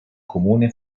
comune